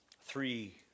three